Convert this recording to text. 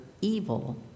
evil